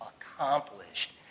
accomplished